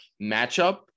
matchup